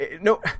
No